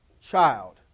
child